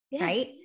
right